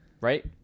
right